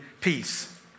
peace